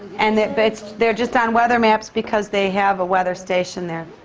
and they're but so they're just on weather maps because they have a weather station there.